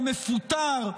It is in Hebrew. או מפוטר,